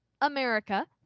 America